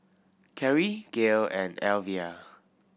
Carri Gayle and Elvia